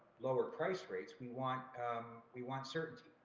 lower price rates, we want um we want certainty.